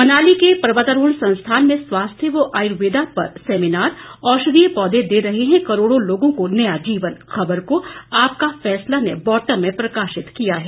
मनाली के पर्वतारोहण संस्थान में स्वास्थ्य व आयुर्वेदा पर सेमिनार औषधीय पौधे दे रहे हैं करोड़ों लोगों को नया जीवन ख़बर को आपका फैसला ने बोटम में प्रमुखता से प्रकाशित किया है